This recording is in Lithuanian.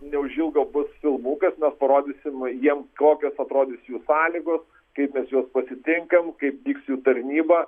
neužilgo bus filmukas mes parodysim jiem kokios atrodys jų sąlygos kaip mes juos pasitinkam kaip vyks jų tarnyba